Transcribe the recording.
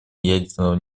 ядерного